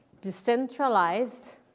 decentralized